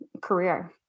career